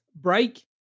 Break